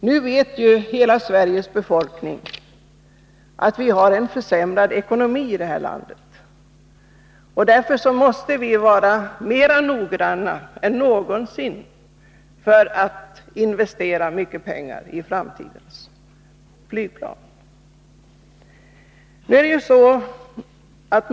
Nu vet hela Sveriges befolkning att vi har en försämrad ekonomi här i landet, och därför måste vi vara mera noggranna än någonsin när vi investerar mycket pengar i framtidens flygplan.